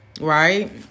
right